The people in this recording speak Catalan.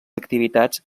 activitats